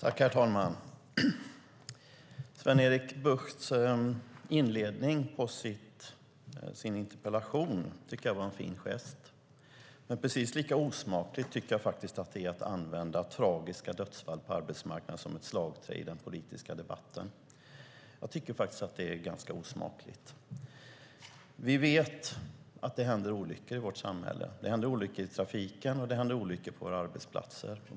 Herr talman! Sven-Erik Buchts inledning på sin interpellation tycker jag var en fin gest. Men jag tycker också att det är osmakligt att använda tragiska dödsfall på arbetsmarknaden som ett slagträ i den politiska debatten. Jag tycker faktiskt att det är ganska osmakligt. Vi vet att det händer olyckor i vårt samhälle. Det händer olyckor i trafiken och på våra arbetsplatser.